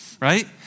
right